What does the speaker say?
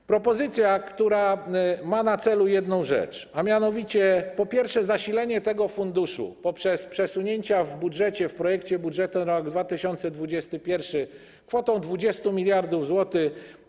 To propozycja, która ma na celu jedną rzecz, a mianowicie, po pierwsze, zasilenie tego funduszu poprzez przesunięcia w budżecie, w projekcie budżetu na rok 2021, kwotą 20 mld zł.